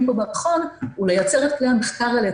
פה במכון הוא לייצר את כלי המחקר האלה,